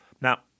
Now